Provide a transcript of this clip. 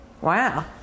Wow